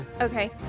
Okay